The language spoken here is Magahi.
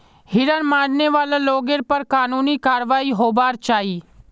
हिरन मारने वाला लोगेर पर कानूनी कारवाई होबार चाई